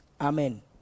Amen